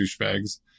douchebags